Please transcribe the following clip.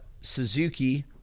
Suzuki –